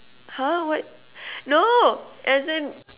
!huh! what no as in